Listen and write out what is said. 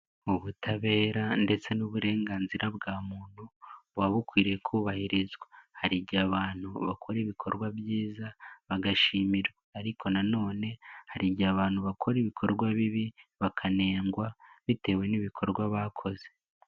Mu butabera ndetse n'uburenganzira bwa muntu buba bukwiriye kubahirizwa. Hari igihe abantu bakora ibikorwa byiza bagashimirwa ariko nanone hari igihe abantu bakora ibikorwa bibi bakanengwa bitewe n'ibikorwa bakoze.